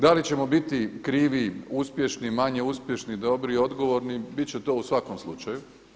Da li ćemo biti krivi, uspješni, manje uspješni, dobri, odgovorni bit će to u svakom slučaju.